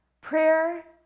prayer